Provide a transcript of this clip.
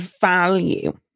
value